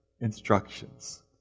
instructions